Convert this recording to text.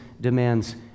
demands